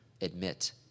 admit